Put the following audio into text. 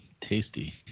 tasty